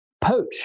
poach